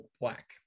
black